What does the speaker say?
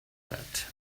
that